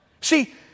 See